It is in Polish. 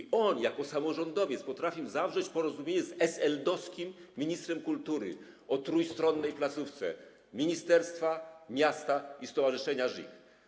I on jako samorządowiec potrafił zawrzeć porozumienie z SLD-owskim ministrem kultury o trójstronnej placówce: ministerstwa, miasta i Stowarzyszenia ŻIH.